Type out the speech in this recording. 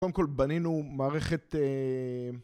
קודם כל, בנינו מערכת אהה...